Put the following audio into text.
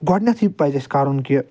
گۄڈٕنٮ۪ٹھٕے پزِ اسہِ کرُن کہِ